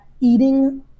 eating